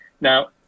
Now